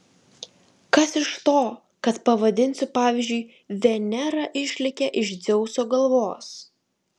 kas iš to kad pavadinsiu pavyzdžiui venera išlėkė iš dzeuso galvos